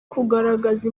kugaragaza